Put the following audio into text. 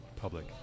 public